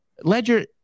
ledger